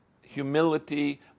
humility